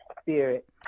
spirit